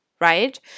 right